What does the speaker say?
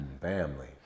Family